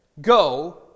Go